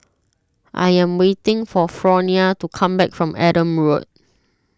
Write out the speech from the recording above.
I am waiting for Fronia to come back from Adam Road